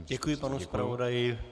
Děkuji panu zpravodaji.